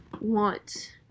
want